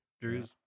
drew's